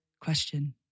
question